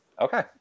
Okay